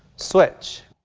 switch.